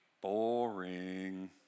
Boring